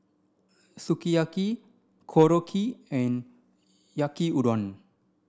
Sukiyaki Korokke and Yaki Udon